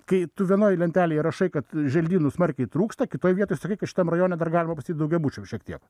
kai tu vienoj lentelėj rašai kad želdynų smarkiai trūksta kitoj vietoj sakai kad šitam rajone dar galima pastatyt daugiabučių šiek tiek